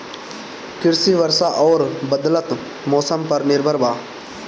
कृषि वर्षा आउर बदलत मौसम पर निर्भर बा